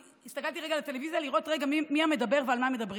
והסתכלתי רגע על הטלוויזיה לראות מי מדבר ועל מה מדברים.